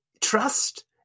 trust